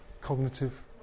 Cognitive